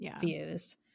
views